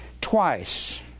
twice